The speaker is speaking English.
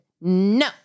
no